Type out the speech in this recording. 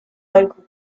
local